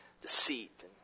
deceit